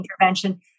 intervention